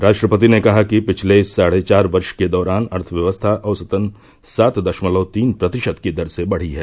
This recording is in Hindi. राष्ट्रपति ने कहा कि पिछले साढ़े चार वर्ष के दौरान अर्थव्यवस्था औसतन सात दशमलव तीन प्रतिशत की दर से बढ़ी है